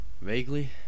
Vaguely